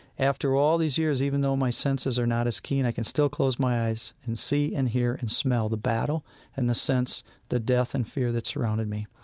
after all these years, even though my senses are not as keen, i can still close my eyes and see and hear and smell the battle and sense the death and fear that surrounded me.